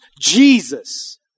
Jesus